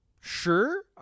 Sure